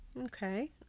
okay